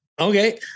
Okay